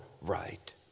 right